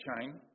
chain